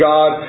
God